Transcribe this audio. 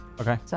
okay